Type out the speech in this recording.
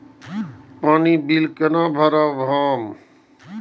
पानी बील केना भरब हम?